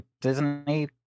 Disney